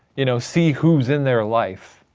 you know see who's in their life,